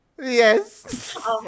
Yes